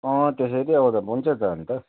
अँ त्यसरी आउँदा हुन्छ त अन्त